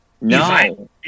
no